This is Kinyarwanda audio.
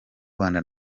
rwanda